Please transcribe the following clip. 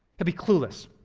ah be clueless.